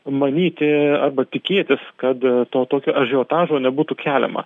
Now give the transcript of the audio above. manyti arba tikėtis kad to tokio ažiotažo nebūtų keliama